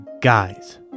guys